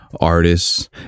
artists